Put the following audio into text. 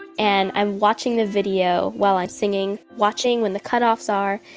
and i'm watching the video while i'm singing, watching when the cut-offs are,